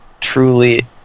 truly